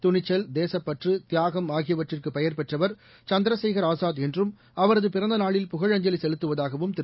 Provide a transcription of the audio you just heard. துணிச்சல் தேசப்பற்று தியாகம் ஆகியவற்றுக்குபெயர்பெற்றவர் சந்திரசேகர் ஆஸாத் என்றும் அவரதுபிறந்தநாளில் புகழஞ்சலிசெலுத்துவதாகவும் திரு